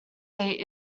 seat